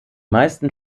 meisten